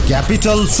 Capital